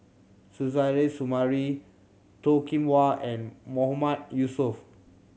Suzairhe Sumari Toh Kim Hwa and Mahmood Yusof